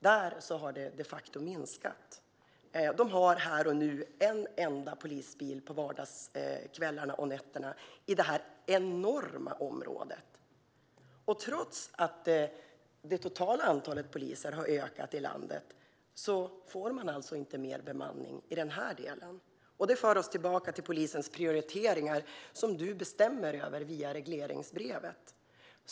Där har det de facto minskat. De har här och nu en enda polisbil på vardagskvällar och nätter - i detta enorma område. Trots att det totala antalet poliser har ökat i landet får man inte mer bemanning i denna del, och det för oss tillbaka till polisens prioriteringar, som du bestämmer över via regleringsbrevet.